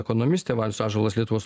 ekonomistė valius ąžuolas lietuvos